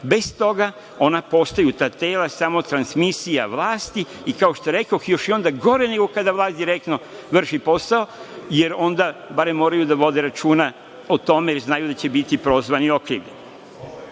Bez toga, postoje ta tela samo u transmisiji vlasti i kao što rekoh, još je i gore nego kada vlast direktno vrši posao, jer onda barem moraju da vode računa o tome, jer znaju da će biti prozvani i